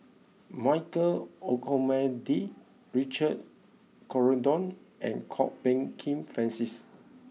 Michael Olcomendy Richard Corridon and Kwok Peng Kin Francis